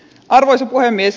arvoisa puhemies